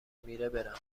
میره، برم